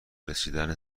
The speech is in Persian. رسیدن